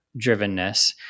drivenness